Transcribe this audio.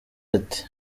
ati